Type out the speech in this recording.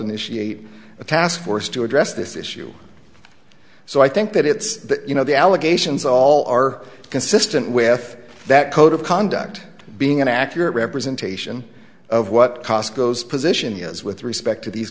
initiate a task force to address this issue so i think that it's you know the allegations all are consistent with that code of conduct being an accurate representation of what cost goes position is with respect to these